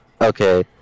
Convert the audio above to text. Okay